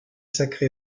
sacré